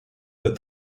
but